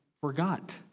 forgot